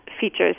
features